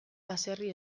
baserri